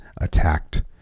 attacked